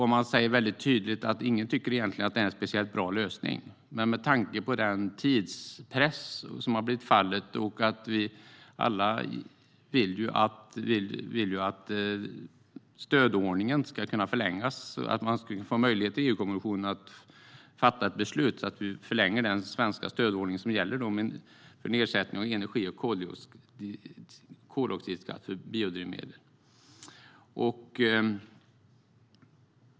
De säger mycket tydligt att ingen egentligen tycker att detta är en speciellt bra lösning. Men med tanke på den tidspress som det har blivit och att vi alla vill att stödordningen ska förlängas, att man i EU-kommissionen får möjlighet att fatta beslut, bör vi förlänga den svenska stödordning som gäller om nedsättning av energi och koldioxidskatt för biodrivmedel.